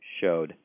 showed